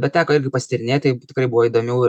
bet teko irgi patyrinėti tikrai buvo įdomių